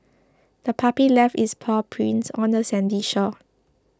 the puppy left its paw prints on the sandy shore